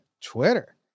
Twitter